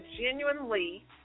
genuinely